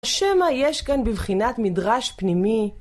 השם היש כאן בבחינת מדרש פנימי.